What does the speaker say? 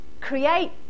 create